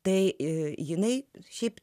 tai jinai šiaip